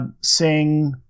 Sing